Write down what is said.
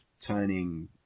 turning